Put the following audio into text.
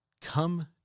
come